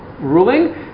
ruling